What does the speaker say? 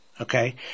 Okay